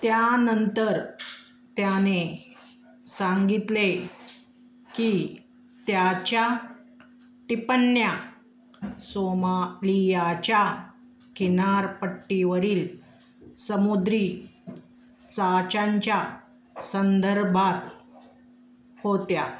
त्यानंतर त्याने सांगितले की त्याच्या टिप्पण्या सोमालियाच्या किनारपट्टीवरील समुद्री चाच्यांच्या संदर्भात होत्या